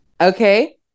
Okay